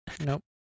nope